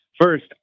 First